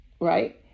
right